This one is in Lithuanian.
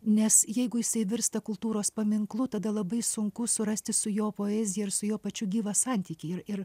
nes jeigu jisai virsta kultūros paminklu tada labai sunku surasti su jo poezija ir su juo pačiu gyvą santykį ir ir